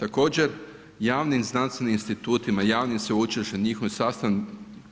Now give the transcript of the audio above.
Također, javnim znanstvenim institutima, javnim sveučilištima i njihovim